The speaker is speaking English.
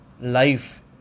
life